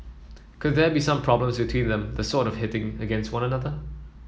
could there be some problems between them the sort of hitting against one another